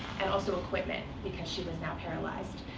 and also equipment, because she was now paralyzed.